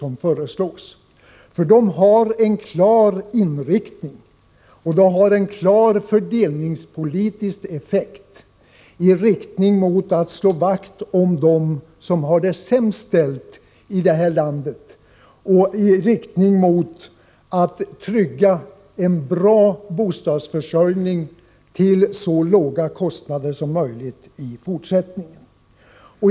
De har nämligen en klar inriktning och en klart fördelningspolitisk effekt för att slå vakt om dem som har det sämst ställt och för att i fortsättningen trygga en bra bostadsförsörjning till så låga kostnader som möjligt.